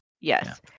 Yes